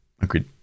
Agreed